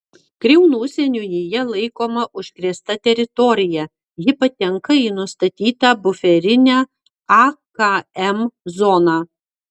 kriaunų seniūnija laikoma užkrėsta teritorija ji patenka į nustatytą buferinę akm zoną